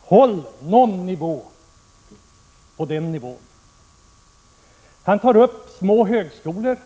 Håll någon nivå på debatten! Industriministern tar upp små högskolor.